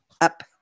Up